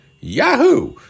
Yahoo